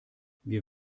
wir